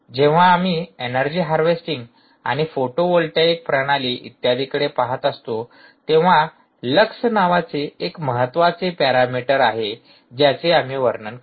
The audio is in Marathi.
जेव्हा आम्ही एनर्जी हार्वेस्टिंग आणि फोटोव्होल्टिक प्रणाली इत्यादीकडे पहात असतो तेंव्हा लक्स नावाचे एक महत्त्वाचे पॅरामीटर आहे ज्याचे आम्ही वर्णन करतो